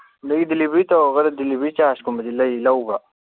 ꯑꯗꯒꯤ ꯗꯤꯂꯤꯕꯔꯤ ꯇꯧꯔꯒꯅ ꯗꯤꯂꯤꯕꯔꯤ ꯆꯥꯔꯖꯀꯨꯝꯕꯗꯤ ꯂꯧꯕ꯭ꯔꯣ